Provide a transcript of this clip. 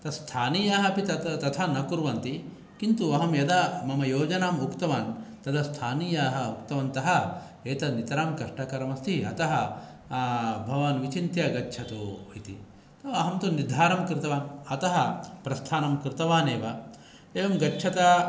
तत्स्थानीया अपि तत् तथा न कुर्वन्ति किन्तु अहं यदा मम योजनाम् उक्तवान् तदा स्थानीया उक्तवन्त एतत् नितरां कष्टकरम् अस्ति अतः भवान् विचिन्त्य गच्छतु इति अहं तु निर्धारं कृतवान् अत प्रस्थानं कृतवानेव एवं गच्छता